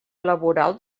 laboral